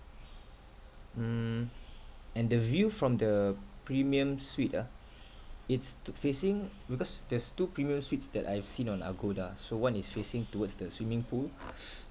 mm and the view from the premium suite ah it's t~ facing because there's two premium suites that I have seen on agoda so one is facing towards the swimming pool